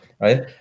right